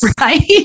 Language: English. right